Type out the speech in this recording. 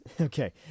Okay